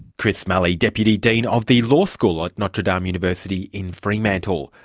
chris mulley, deputy dean of the law school at notre dame university in fremantle.